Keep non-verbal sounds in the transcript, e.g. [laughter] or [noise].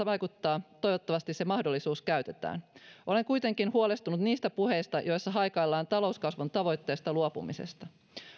[unintelligible] vaikuttaa toivottavasti se mahdollisuus käytetään olen kuitenkin huolestunut niistä puheista joissa haikaillaan talouskasvun tavoitteesta luopumista